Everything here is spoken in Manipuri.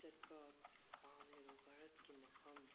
ꯆꯠꯄ ꯄꯥꯝꯂꯤꯕ ꯚꯥꯔꯠꯀꯤ ꯃꯐꯝ